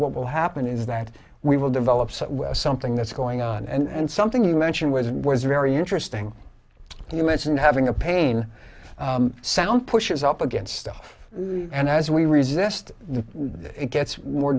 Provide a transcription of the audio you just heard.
what will happen is that we will develop something that's going on and something you mentioned was very interesting you mentioned having a pain sound pushes up against stuff and as we resist it gets more